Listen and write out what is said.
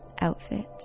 outfit